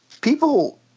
people